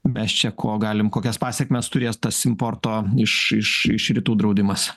mes čia ko galim kokias pasekmes turės tas importo iš iš iš rytų draudimas